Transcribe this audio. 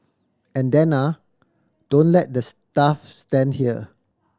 and then ah don't let the staff stand here